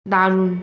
দারুন